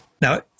now